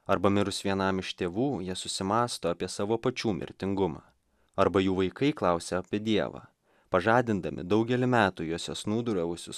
arba mirus vienam iš tėvų jie susimąsto apie savo pačių mirtingumą arba jų vaikai klausia apie dievą pažadindami daugelį metų juose snūduriavusius